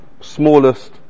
smallest